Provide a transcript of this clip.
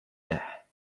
there